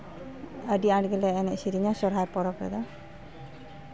ᱟᱹᱰᱤ ᱟᱸᱴ ᱜᱮᱞᱮ ᱮᱱᱮᱡ ᱥᱮᱨᱮᱧᱟ ᱥᱚᱨᱦᱟᱭ ᱯᱚᱨᱚᱵᱽ ᱨᱮᱫᱚ